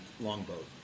Longboat